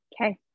Okay